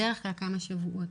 בדרך כלל כמה שבועות.